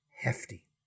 Hefty